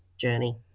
journey